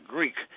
Greek